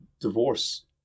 divorce